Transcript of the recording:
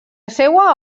seua